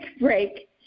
break